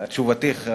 תשובתך,